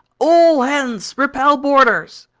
all hands repel boarders!